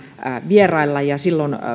vierailla ja silloin